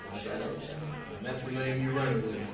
shadow, shadow. and that's the name you're running with